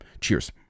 Cheers